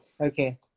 Okay